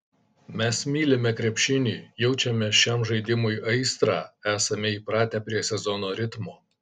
mes mylime krepšinį jaučiame šiam žaidimui aistrą esame įpratę prie sezono ritmo